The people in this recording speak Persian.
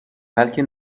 بلکه